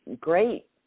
great